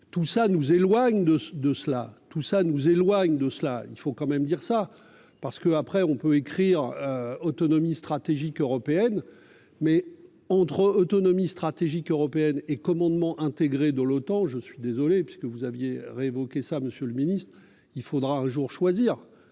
tout ça nous éloigne de cela, il faut quand même dire ça parce que après on peut écrire. Autonomie stratégique européenne mais entre autonomie stratégique européenne et commandement intégré de l'OTAN. Je suis désolée parce que vous aviez révoqué ça Monsieur le Ministre. Il faudra un jour choisir.